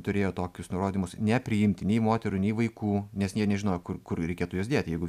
turėjo tokius nurodymus nepriimti nei moterų nei vaikų nes jie nežinojo kur reikėtų juos dėti jeigu